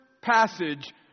passage